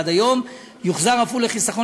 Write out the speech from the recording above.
עד היום יוחזר אף הוא לחיסכון,